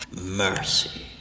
mercy